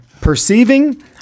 Perceiving